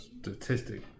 statistic